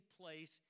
place